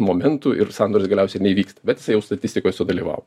momentų ir sandoris galiausiai neįvyksta bet jisai jau statistikoj sudalyvavo